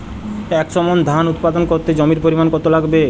একশো মন ধান উৎপাদন করতে জমির পরিমাণ কত লাগবে?